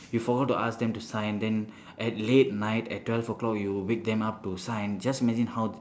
you forgot to ask them to sign then at late night at twelve o'clock you wake them up to sign just imagine how